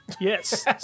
Yes